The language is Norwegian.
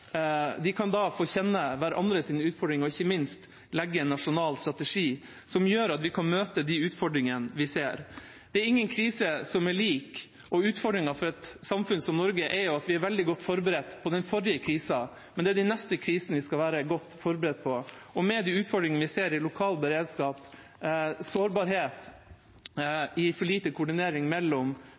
kan da få kjenne hverandres utfordring og ikke minst legge en nasjonal strategi som gjør at vi kan møte de utfordringene vi ser. Det er ingen krise som er lik. Utfordringen for et samfunn som Norge er at vi er veldig godt forberedt på den forrige krisen, men det er de neste krisene vi skal være godt forberedt på. Med de utfordringene vi ser i lokal beredskap, sårbarhet ved for lite koordinering mellom